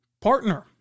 partner